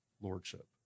lordship